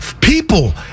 people